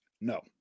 No